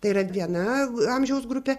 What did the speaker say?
tai yra viena amžiaus grupė